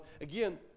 Again